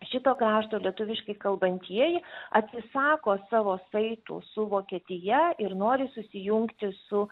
šito krašto lietuviškai kalbantieji atsisako savo saitų su vokietija ir nori susijungti su